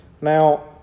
Now